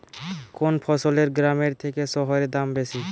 কোন ফসলের গ্রামের থেকে শহরে দাম বেশি?